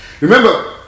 Remember